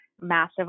massive